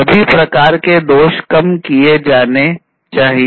सभी प्रकार के दोष कम किए जाने चाहिए